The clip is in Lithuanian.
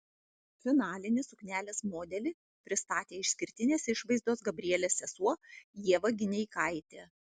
finalinį suknelės modelį pristatė išskirtinės išvaizdos gabrielės sesuo ieva gineikaitė